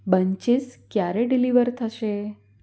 બંચીસ ક્યારે ડિલિવર થશે